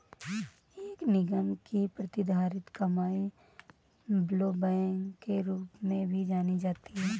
एक निगम की प्रतिधारित कमाई ब्लोबैक के रूप में भी जानी जाती है